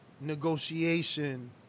negotiation